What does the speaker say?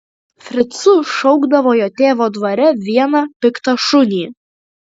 fricu šaukdavo jo tėvo dvare vieną piktą šunį